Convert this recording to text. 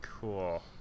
Cool